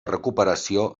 recuperació